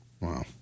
Wow